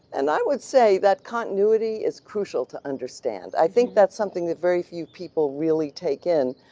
and i would say that continuity is crucial to understand. i think that's something that very few people really take in.